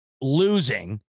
losing